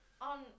On